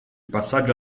passaggio